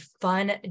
fun